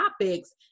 topics